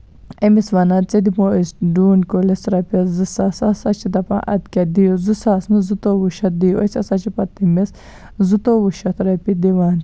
أمِس وَنان ژےٚ دِمہوے أسۍ ڈوٗنۍ کُلِس رۄپِیَس زٕ ساس سُہ ہسا چھِ دَپان اَدٕ کیاہ دِیو زٕ ساس نہٕ کینٛہہ زٕتوُہ شیٚتھ دِیِو أسۍ ہسا چھِ پَتہٕ تٔمِس زٕتوُہ شیٚتھ رۄپیہِ دِوان